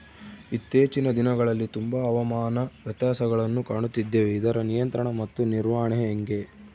ಇತ್ತೇಚಿನ ದಿನಗಳಲ್ಲಿ ತುಂಬಾ ಹವಾಮಾನ ವ್ಯತ್ಯಾಸಗಳನ್ನು ಕಾಣುತ್ತಿದ್ದೇವೆ ಇದರ ನಿಯಂತ್ರಣ ಮತ್ತು ನಿರ್ವಹಣೆ ಹೆಂಗೆ?